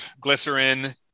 Glycerin